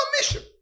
mission